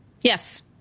Yes